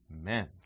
Amen